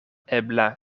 ebla